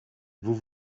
vous